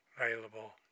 available